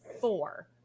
four